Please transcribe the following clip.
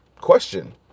question